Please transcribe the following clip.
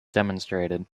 demonstrated